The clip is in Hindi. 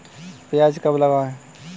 प्याज कब लगाएँ?